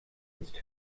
ist